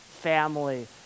family